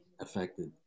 affected